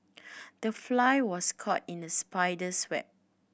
the fly was caught in the spider's web